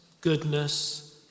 goodness